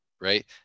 right